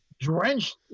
drenched